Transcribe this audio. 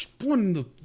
one